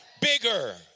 bigger